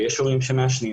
ויש הורים שמעשנים,